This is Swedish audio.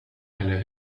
eller